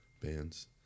bands